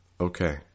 Okay